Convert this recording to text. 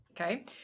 Okay